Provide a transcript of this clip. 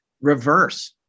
reverse